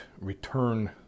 return